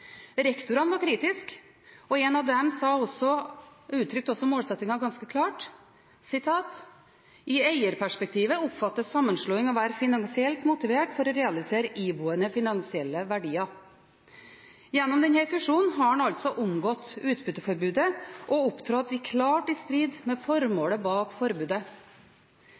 Rektorene var kritiske, og en av dem uttrykte også målsettingen ganske klart: «I eierperspektivet oppfattes sammenslåingen å være finansielt motivert for å realisere iboende finansielle verdier.» Gjennom denne fusjonen har en altså omgått utbytteforbudet og opptrådt klart i strid med formålet bak forbudet.